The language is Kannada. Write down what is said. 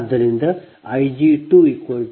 ಆದ್ದರಿಂದ Ig2I2I43